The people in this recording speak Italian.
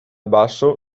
basso